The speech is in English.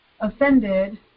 offended